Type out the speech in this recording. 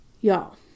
y'all